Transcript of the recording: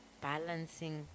balancing